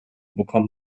bekommt